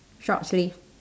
short sleeve